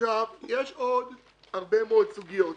יש עוד הרבה מאוד סוגיות.